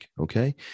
okay